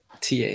ta